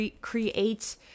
Create